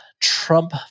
Trump